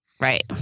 Right